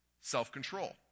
self-control